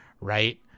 right